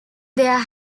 there